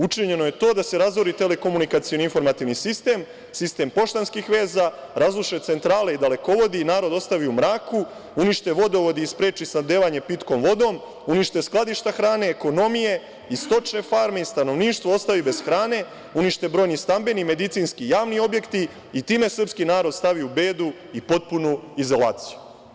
Učinjeno je to da se razori telekomunikacioni informativni sistem, sistem poštanskih veza, razruše centrale i dalekovodi i narod ostavi u mraku, unište vodovod i spreči snabdevanje pitkom vodom, unište skladišta hrane, ekonomije, stočne farme i stanovništvo ostavi bez hrane, unište brojni stambeni, medicinski i javni objekti i time srpski narod stavi u bedu i potpunu izolaciju“